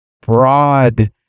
broad